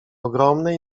ogromnej